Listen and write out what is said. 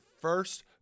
first